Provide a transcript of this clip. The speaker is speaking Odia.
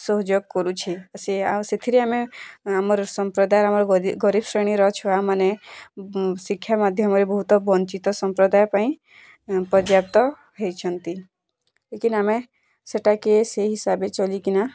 ସହଯୋଗ କରୁଛି ଆଉ ସେ ଆଉ ସେଥିରେ ଆମେ ଆମର ସମ୍ପ୍ରଦାୟର ଆମ ଗରିବ୍ ଶ୍ରେଣୀର ଛୁଆମାନେ ଶିକ୍ଷା ମାଧ୍ୟମରେ ବହୁତ ବଞ୍ଚିତ ସମ୍ପ୍ରଦାୟ ପାଇଁ ପର୍ଯ୍ୟାପ୍ତ ହୋଇଛନ୍ତି ଲେକିନ୍ ଆମେ ସେଟାକେ ସେଇ ହିସାବେ ଚଲିକିନା